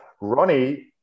Ronnie